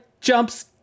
jumps